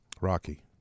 Rocky